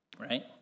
right